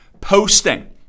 Posting